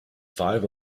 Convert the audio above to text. five